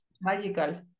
magical